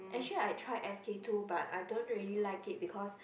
actually I tried s_k-two but I don't really like it because